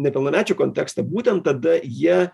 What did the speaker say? nepilnamečių kontekstą būtent tada jie